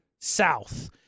south